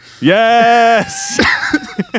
Yes